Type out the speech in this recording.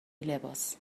لباس